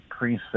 preset